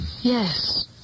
Yes